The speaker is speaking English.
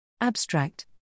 Abstract